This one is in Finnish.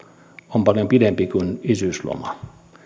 on paljon pidempi kuin isyysloma